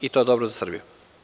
I to je dobro za Srbiju.